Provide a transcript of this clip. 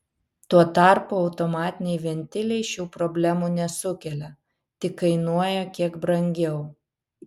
tuo tarpu automatiniai ventiliai šių problemų nesukelia tik kainuoja kiek brangiau